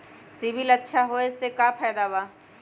CIBIL अच्छा होऐ से का फायदा बा?